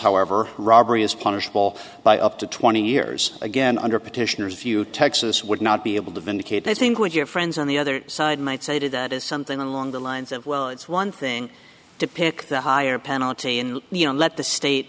however robbery is punishable by up to twenty years again under petitioners view texas would not be able to vindicate i think what your friends on the other side might say to that is something along the lines of well it's one thing to pick the higher penalty in the you know let the state